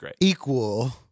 equal